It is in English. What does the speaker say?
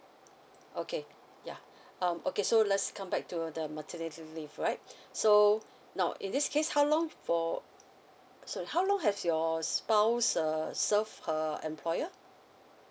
okay ya um okay so let's come back to the maternity leave alright so now in this case how long for sorry how long has your spouse err served her employer